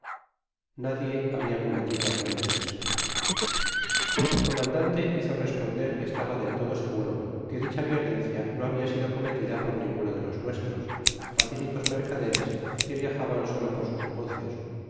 nadie habia cometido aquel esceso el comandante hizo responder que estaba del todo seguro que dicha violencia no habia ido cometida por ninguno de los nuestros pacificos mercaderes quo viajaban solo por sus negocios